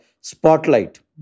spotlight